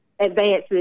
advances